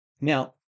Now